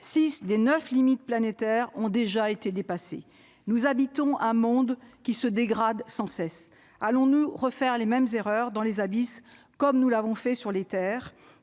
6 des 9 limite planétaire ont déjà été dépassées nous habitons un monde qui se dégrade sans cesse, allons nous refaire les mêmes erreurs dans les abysses, comme nous l'avons fait sur les Terres